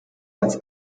als